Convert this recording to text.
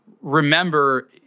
remember